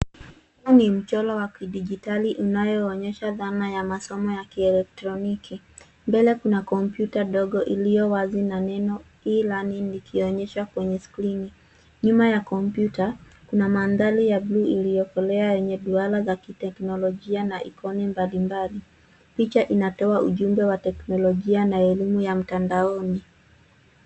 Ni mchoro wa kidigtali inayoonyesha dhana ya masomo ya kielkroniki. Mbele kuna kompyuta ndogo iliyo wazi na neno E-learning ikionyeshwa kwenye skrini. Nyuma ya kompyuta kuna mandhara ya blue iliyokolea yenye duara za kiteknolojia na ikoni mbalimbali. Picha inatoa ujumbe wa teknolojia na elimu ya mtandaoni.